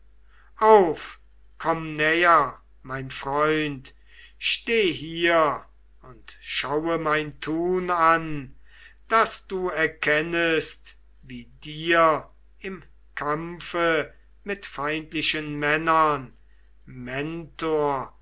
komm näher mein freund steh hier und schaue mein tun an daß du erkennest wie dir im kampfe mit feindlichen männern mentor